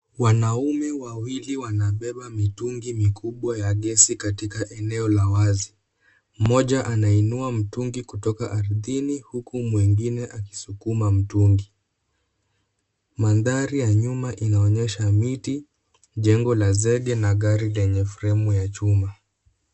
Wanaume wawili wanabeba mitungi mikubwa ya gesi katika eneo la wazi. Mmoja anainua mtungi kutoka ardhini huku mwingine akisukuma mtungi. Maandhari ya nyuma inaonyesha miti, jengo la zege na gari lenye fremu ya chuma.